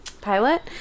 pilot